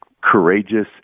courageous